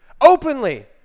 openly